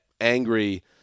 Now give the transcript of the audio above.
angry